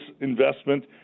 investment